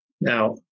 Now